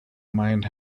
mine